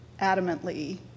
adamantly